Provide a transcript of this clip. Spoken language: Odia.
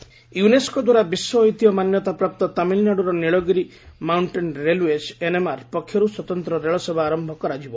ନୀଳଗିରି ଟ୍ରେନ୍ ୟୁନେସ୍କୋ ଦ୍ୱାରା ବିଶ୍ୱ ଐତିହ୍ୟ ମାନ୍ୟତା ପ୍ରାପ୍ତ ତାମିଲନାଡୁର ନୀଳଗିରି ମାଉଣ୍ଟେନ୍ ରେଲୱେକ୍ ଏନ୍ଏମ୍ଆର୍ ପକ୍ଷରୁ ସ୍ୱତନ୍ତ୍ର ରେଳସେବା ଆରମ୍ଭ କରାଯିବ